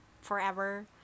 forever